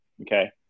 Okay